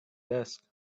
desk